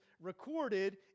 recorded